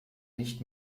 nicht